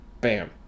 Bam